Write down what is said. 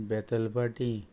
Betalbatim